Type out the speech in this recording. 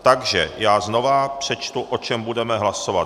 Takže znovu přečtu, o čem budeme hlasovat.